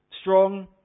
strong